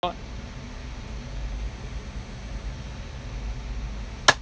what